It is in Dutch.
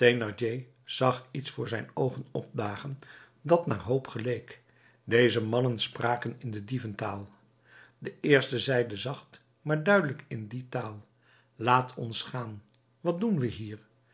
zag iets voor zijn oogen opdagen dat naar hoop geleek deze mannen spraken in de dieventaal de eerste zeide zacht maar duidelijk in die taal laat ons gaan wat doen we hier